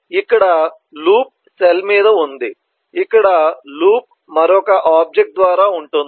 ఇక్కడ loop cell మీద ఉంది ఇక్కడ లూప్ మరొక ఆబ్జెక్ట్ ద్వారా ఉంటుంది